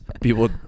people